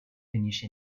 finish